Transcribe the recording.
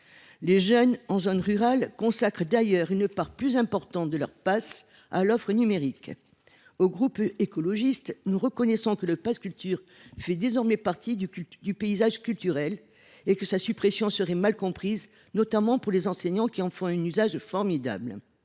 les jeunes consacrent d’ailleurs une part plus importante de leur pass à l’offre numérique. Les élus du groupe écologiste reconnaissent que le pass Culture fait désormais partie du paysage culturel et que sa suppression serait mal comprise, notamment par les enseignants, qui en font un usage formidable.